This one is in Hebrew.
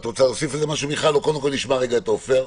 נשמע קודם את עופר.